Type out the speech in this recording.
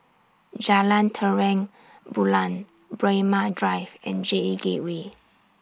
Jalan Terang Bulan Braemar Drive and J Gateway